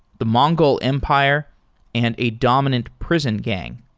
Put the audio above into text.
the mongol empire and a dominant prison gang.